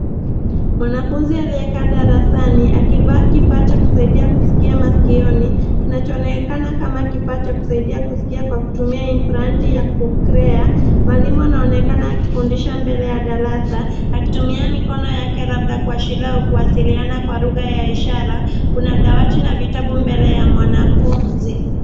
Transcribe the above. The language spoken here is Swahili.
Mwanafunzi aliyekaa darasani akivaa kifaa cha kusaidia kusikia masikioni kinachoonekana kama kifaa cha kusaidia kusikia kwa kutumia imbrand ya kuclear . Mwalimu anaonekana akifundisha mbele ya darasa akitumia mikono yake labda kuashiria au kuwasiliana kwa lugha ya ishara. Kuna dawati na vitabu mbele ya mwanafunzi.